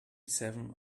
seven